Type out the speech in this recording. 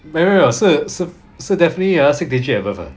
没有是是是 definitely ah six digit and above 的